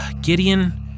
Gideon